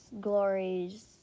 glories